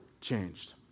changed